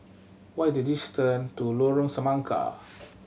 what is the distance to Lorong Semangka